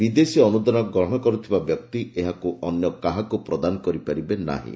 ବିଦେଶୀ ଅନୁଦାନ ଗ୍ରହଣ କରିଥିବା ବ୍ୟକ୍ତି ଏହାକୁ ଅନ୍ୟ କାହାକୁ ପ୍ରଦାନ କରିପାରିବେ ନାହିଁ